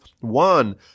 One